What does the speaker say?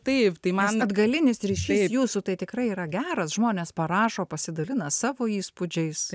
tai man atgalinis ryšys jūsų tai tikrai yra geras žmonės parašo pasidalina savo įspūdžiais